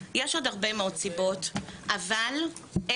יש עוד הרבה מאוד סיבות אבל אלה